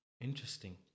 interesting